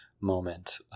moment